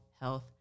health